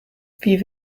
wie